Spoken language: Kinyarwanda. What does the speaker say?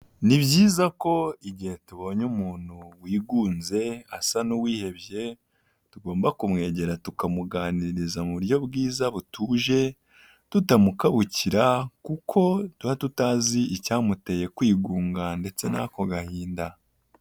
Ni byiza ko igihe tubonye umuntu wigunze asa n'uwihebye tugomba kumwegera tukamuganiriza mu buryo bwiza butuje, tutamukabukira kuko tuba tutazi icyamuteye kwigunga ndetse n'ako gahinda.